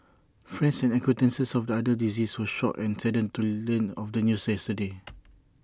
friends and acquaintances of the other deceased were shocked and saddened to learn of the news yesterday